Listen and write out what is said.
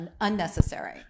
unnecessary